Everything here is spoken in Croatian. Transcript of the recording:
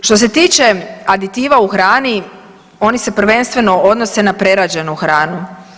Što se tiče aditiva u hrani oni se prvenstveno odnose na prerađenu hranu.